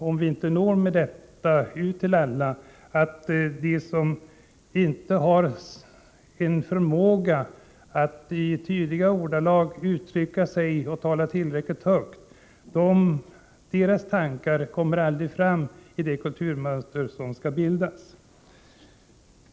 Om vi inte når ut med detta till alla, kan det bli så, att de som inte förmår uttrycka sina behov och talar tillräckligt högt inte får gehör för sina tankar i det kulturmönster som skall bildas.